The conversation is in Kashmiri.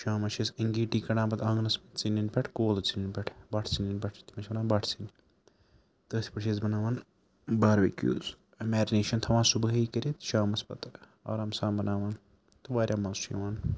شامَس چھِ أسۍ انگیٖٹی کَڑان پَتہٕ آنٛگنَس ژٕنٮ۪ن پٮ۪ٹھ کولہٕ ژٕنٮ۪ن پٮ۪ٹھ بَٹھ ژٕنٮ۪ن پٮ۪ٹھ تِمَن چھِ وَنان بَٹھ ژِنہِ تٔتھۍ پٮ۪ٹھ چھِ أسۍ بَناوان باربکوٗز میرنیشَن تھاوان صُبحٲے کٔرِتھ شامَس پَتہٕ آرام سان بَناوان تہٕ واریاہ مَزٕ چھُ یِوان